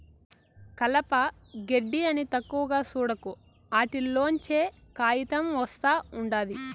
కలప, గెడ్డి అని తక్కువగా సూడకు, ఆటిల్లోంచే కాయితం ఒస్తా ఉండాది